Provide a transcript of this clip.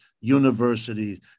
universities